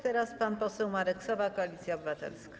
Teraz pan poseł Marek Sowa, Koalicja Obywatelska.